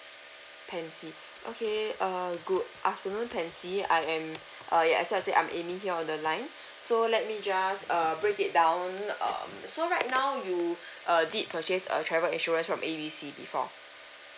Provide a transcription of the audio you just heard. pansy okay err good afternoon pansy I am uh ya so I say I'm amy here on the line so let me just err break it down err so right now you uh did purchase a travel insurance from A B C before